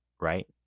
Right